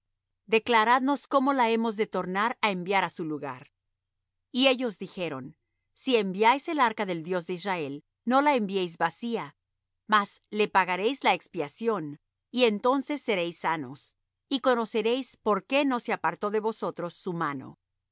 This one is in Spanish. declaradnos cómo la hemos de tornar á enviar á su lugar y ellos dijeron si enviáis el arca del dios de israel no la enviéis vacía mas le pagaréis la expiación y entonces seréis sanos y conoceréis por qué no se apartó de vosotros su mano